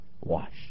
Wash